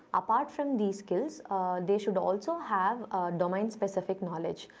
apart from these skills they should also have domain-specific knowledge.